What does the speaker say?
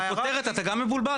מהכותרת של החוק אתה גם מבולבל?